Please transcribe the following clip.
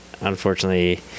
Unfortunately